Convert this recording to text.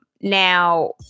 Now